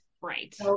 Right